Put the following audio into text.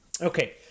Okay